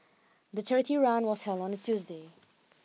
the charity run was held on a Tuesday